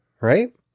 right